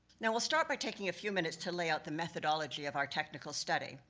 now we'll start by taking a few minutes to lay out the methodology of our technical study.